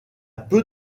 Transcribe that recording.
peu